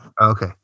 Okay